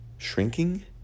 shrinking